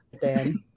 Dan